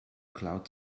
cloud